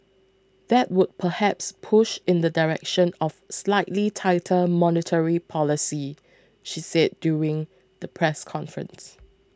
that would perhaps push in the direction of slightly tighter monetary policy she said during the press conference